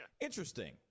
Interesting